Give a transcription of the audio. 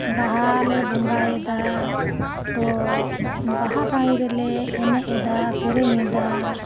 ᱵᱟᱦᱟ ᱞᱮ ᱵᱚᱸᱜᱟᱭᱮᱫᱟ ᱛᱚ ᱵᱟᱦᱟ ᱴᱟᱺᱰᱤ ᱨᱮᱞᱮ ᱮᱱᱮᱡ ᱮᱫᱟ ᱥᱮᱨᱮᱧ ᱮᱫᱟ